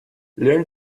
learn